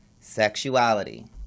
Sexuality